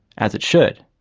as it should.